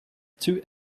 too